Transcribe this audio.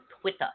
Twitter